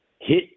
hit